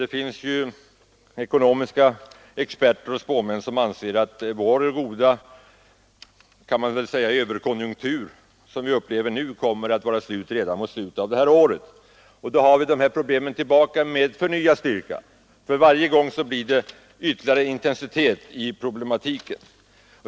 Det finns ekonomiska experter och spåmän som anser att den goda konjunktur som vi upplever nu kommer att ha upphört redan mot slutet av detta år, och då återkommer problemen med förnyad styrka. Och problematiken får varje gång ytterligare ökad intensitet.